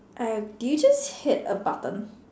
I have did you just hit a button